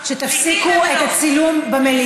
פליטים הם לא.